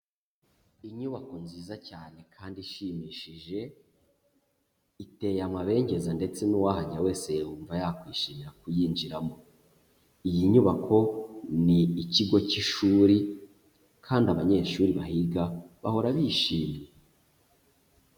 Inyubako nziza cyane kandi ishimishije, iteye amabengeza ndetse n'uwahagera wese yumva yakwishimira kuyinjiramo, iyi nyubako ni ikigo k'ishuri kandi abanyeshuri bahiga bahora bishimye.